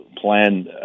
plan